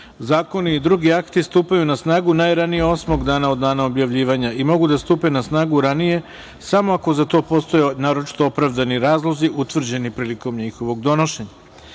zakoni i drugi akti stupaju na snagu najranije osmog dana od dana objavljivanja i mogu da stupe na snagu ranije samo ako za to postoje naročito opravdani razlozi utvrđeni prilikom njihovog donošenja. Stavljam